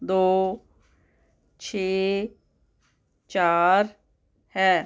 ਦੋ ਛੇ ਚਾਰ ਹੈ